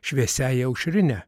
šviesiąja aušrine